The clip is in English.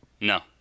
No